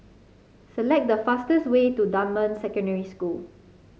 select the fastest way to Dunman Secondary School